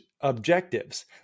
objectives